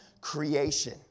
creation